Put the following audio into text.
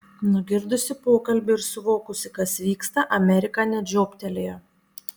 nugirdusi pokalbį ir suvokusi kas vyksta amerika net žiobtelėjo